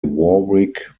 warwick